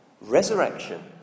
Resurrection